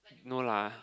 no lah